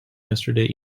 yesterday